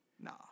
Nah